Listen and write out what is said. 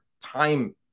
time